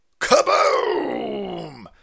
kaboom